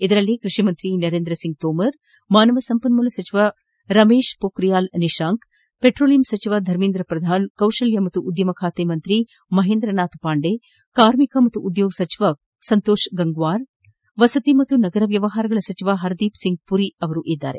ಅದರಲ್ಲಿ ಕೃಷಿ ಸಚಿವ ನರೇಂದ್ರ ಸಿಂಗ್ ತೊಮರ್ ಮಾನವ ಸಂಪನ್ಮೂಲ ಸಚಿವ ರಮೇಶ್ ಪೊಕ್ರಿಯಾಲ್ ನಿಶಾಂಕ್ ಪೆಟ್ರೋಲಿಯಂ ಸಚಿವ ಧರ್ಮೇಂದ್ರ ಪ್ರಧಾನ್ ಕೌಶಲ್ಯ ಮತ್ತು ಉದ್ಯಮ ಸಚಿವ ಮಹೇಂದ್ರನಾಥ್ ಪಾಂಡೆ ಕಾರ್ಮಿಕ ಮತ್ತು ಉದ್ಯೋಗ ಸಚಿವ ಸಂತೋಷ್ ಗಂಗ್ವಾರ್ ವಸತಿ ಮತ್ತು ನಗರ ವ್ಯವಹಾರಗಳ ಸಚಿವ ಹರ್ದೀಪ್ ಸಿಂಗ್ ಪುರಿ ಅವರಿದ್ದಾರೆ